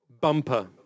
Bumper